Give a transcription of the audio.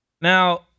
Now